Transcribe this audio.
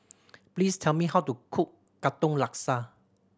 please tell me how to cook Katong Laksa